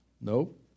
Nope